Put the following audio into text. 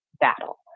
battle